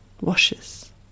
washes